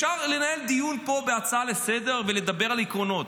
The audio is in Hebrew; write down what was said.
אפשר לנהל פה דיון בהצעה לסדר-יום ולדבר על עקרונות,